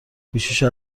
گوشیشو